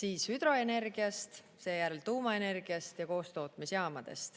siis hüdroenergiast, seejärel tuumaenergiast ja koostootmisjaamadest.